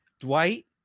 Dwight